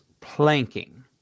planking